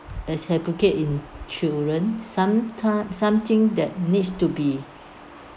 as advocate in children some time something that needs to be